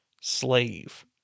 slave